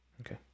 Okay